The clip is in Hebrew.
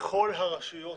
בכל הרשויות,